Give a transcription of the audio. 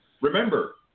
Remember